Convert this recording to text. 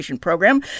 program